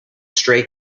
stray